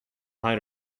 hide